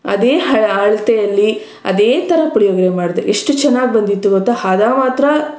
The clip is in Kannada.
ಅದೇ ಹ ಅಳತೆಯಲ್ಲಿ ಅದೇ ಥರ ಪುಳಿಯೋಗರೆ ಮಾಡಿದೆ ಎಷ್ಟು ಚೆನ್ನಾಗಿ ಬಂದಿತ್ತು ಗೊತ್ತಾ ಹದ ಮಾತ್ರ